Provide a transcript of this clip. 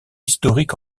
historique